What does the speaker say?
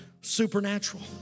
supernatural